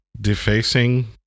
defacing